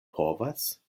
povas